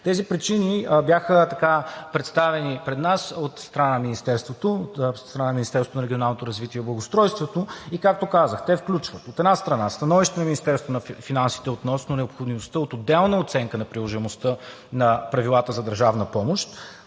Тези причини бяха представени пред нас от страна на Министерството на регионалното развитие и благоустройството и, както казах, те включват: от една страна, становище на Министерството на финансите относно необходимостта от отделна оценка на приложимостта на правилата за държавна помощ.